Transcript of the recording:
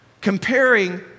comparing